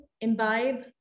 imbibe